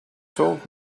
told